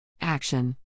Action